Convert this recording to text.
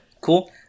Cool